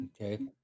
Okay